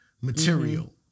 material